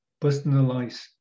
personalize